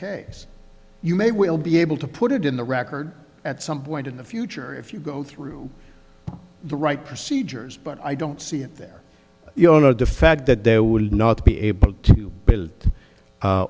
case you may will be able to put it in the record at some point in the future if you go through the right procedures but i don't see it there you know no defect that there would not be able to